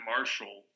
Marshall